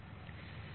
ठीक